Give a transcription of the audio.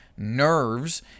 nerves